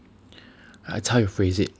that's how you phrase it